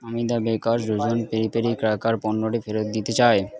আমি the baker's dozen peri peri crackers পণ্যটি ফেরত দিতে চাই